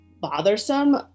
bothersome